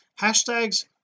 hashtags